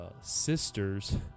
sisters